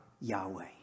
Yahweh